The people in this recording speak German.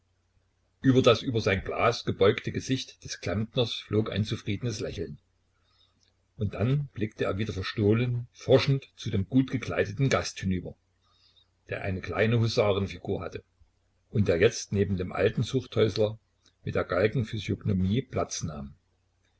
über das über sein glas gebeugte gesicht des klempners flog ein zufriedenes lächeln und dann blickte er wieder verstohlen forschend zu dem gutgekleideten gast hinüber der eine kleine husaren figur hatte und der jetzt neben dem alten zuchthäusler mit der galgenphysiognomie platz nahm